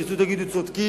תרצו, תגידו צודקים.